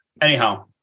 anyhow